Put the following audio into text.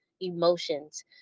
emotions